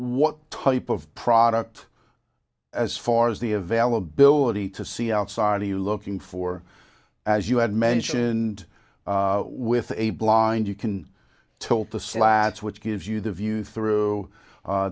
what type of product as far as the availability to see outside are you looking for as you had mentioned with a blind you can tilt the slats which gives you the view through